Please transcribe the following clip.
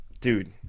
Dude